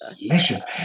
delicious